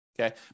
okay